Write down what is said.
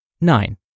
Nine